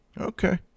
Okay